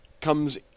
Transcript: comes